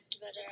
better